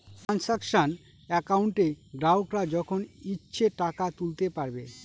transaction একাউন্টে গ্রাহকরা যখন ইচ্ছে টাকা তুলতে পারবে